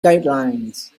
guidelines